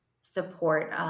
support